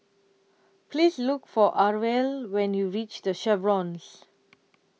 Please Look For Arvel when YOU REACH The Chevrons